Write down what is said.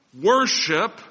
worship